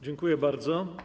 Dziękuję bardzo.